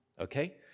okay